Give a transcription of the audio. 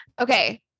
Okay